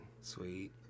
Sweet